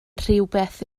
rhywbeth